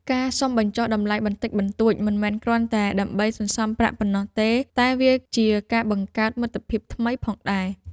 ការសុំបញ្ចុះតម្លៃបន្តិចបន្តួចមិនមែនគ្រាន់តែដើម្បីសន្សំប្រាក់ប៉ុណ្ណោះទេតែវាជាការបង្កើតមិត្តភាពថ្មីផងដែរ។